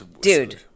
dude